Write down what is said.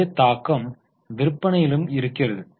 அதே தாக்கம் விற்பனையிலும் இருக்கிறது